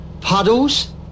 Puddles